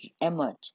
emerge